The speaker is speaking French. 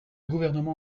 gouvernement